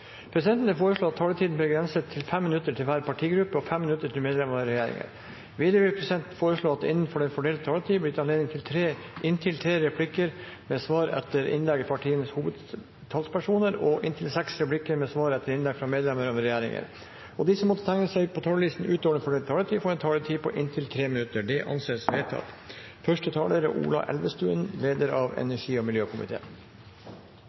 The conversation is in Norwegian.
regjeringen. Videre vil presidenten foreslå at det gis anledning til tre replikker med svar etter innlegg fra partienes hovedtalspersoner og seks replikker med svar etter innlegg fra medlemmer av regjeringen innenfor den fordelte taletid, og at de som måtte tegne seg på talerlisten utover den fordelte taletid, får en taletid på inntil 3 minutter. – Det anses vedtatt. Først vil jeg takke statsråden for en god redegjørelse. Det er